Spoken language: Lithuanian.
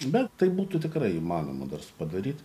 bet tai būtų tikrai įmanoma dar padaryt